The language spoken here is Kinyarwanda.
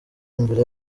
imbere